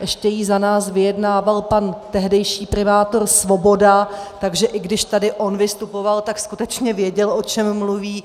Ještě ji za nás vyjednával pan tehdejší primátor Svoboda, takže i když tady on vystupoval, tak skutečně věděl, o čem mluví.